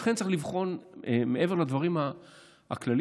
לכן צריך לבחון מעבר לדברים הכלליים.